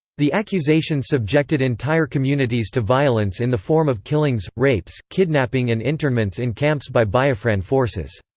the accusations subjected entire communities to violence in the form of killings, rapes, kidnapping and internments in camps by biafran forces.